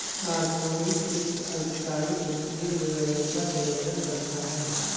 corporate वित्त अल्पकालिक वित्तीय निर्णयों का प्रबंधन करता है